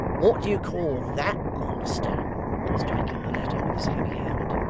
what do you call that, master striking the letter with his heavy hand.